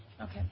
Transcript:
Okay